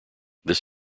this